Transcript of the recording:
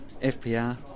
FPR